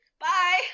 Bye